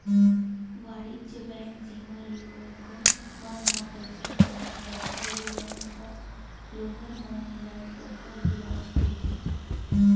वाणिज्य बेंक, जेमा लोगन मन ह पईसा जमा करथे अउ बेंक ह लोगन मन ल ओखर बियाज देथे